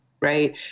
right